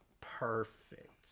perfect